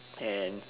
and